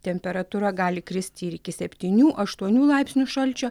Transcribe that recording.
temperatūra gali kristi ir iki septynių aštuonių laipsnių šalčio